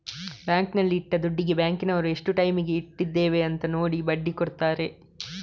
ಬ್ಯಾಂಕಿನಲ್ಲಿ ಇಟ್ಟ ದುಡ್ಡಿಗೆ ಬ್ಯಾಂಕಿನವರು ಎಷ್ಟು ಟೈಮಿಗೆ ಇಟ್ಟಿದ್ದೇವೆ ಅಂತ ನೋಡಿ ಬಡ್ಡಿ ಕೊಡ್ತಾರೆ